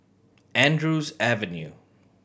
Andrews Avenue